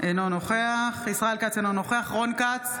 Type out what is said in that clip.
אינו נוכח ישראל כץ, אינו נוכח רון כץ,